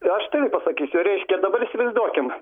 aš taip pasakysiu reiškia dabar įsivaizduokim